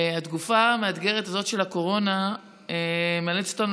התקופה המאתגרת הזאת של הקורונה מאלצת אותנו